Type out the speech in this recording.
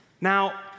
Now